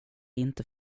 inte